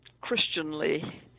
Christianly